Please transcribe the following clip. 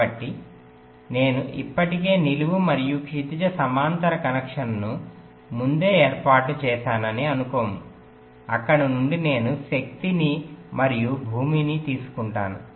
కాబట్టి నేను ఇప్పటికే నిలువు మరియు క్షితిజ సమాంతర కనెక్షన్ను ముందే ఏర్పాటు చేశానని అనుకోము అక్కడ నుండి నేను శక్తిని మరియు భూమిని తీసుకుంటాను